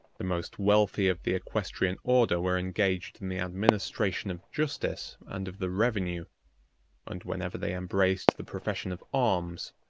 the most wealthy of the equestrian order were engaged in the administration of justice, and of the revenue and whenever they embraced the profession of arms,